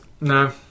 No